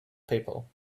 people